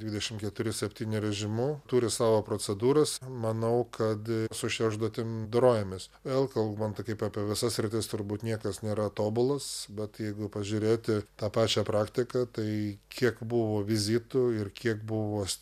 dvidešimt keturi septyni režimu turi savo procedūras manau kad su šia užduotim dorojamės vėl kalbant kaip apie visas sritis turbūt niekas nėra tobulas bet jeigu pažiūrėti tą pačią praktiką tai kiek buvo vizitų ir kiek buvo